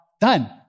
done